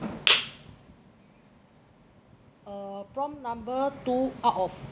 uh prompt number two out of